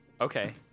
Okay